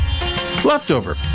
leftover